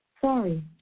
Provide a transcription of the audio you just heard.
Sorry